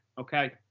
Okay